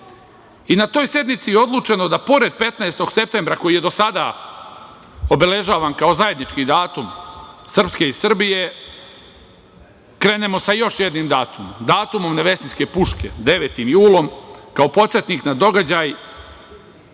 i na toj sednici odlučeno da, pored 15. septembra koji je do sada obeležavan kao zajednički datum Srpske i Srbije, krenemo sa još jednim datumom, datumom Nevesinjske puške - 9. julom, kao podsetnik na događaj,